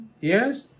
Yes